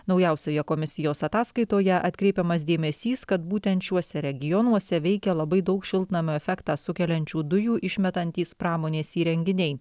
naujausioje komisijos ataskaitoje atkreipiamas dėmesys kad būtent šiuose regionuose veikia labai daug šiltnamio efektą sukeliančių dujų išmetantys pramonės įrenginiai